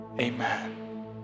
Amen